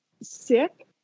sick